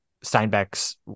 Steinbeck's